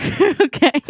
Okay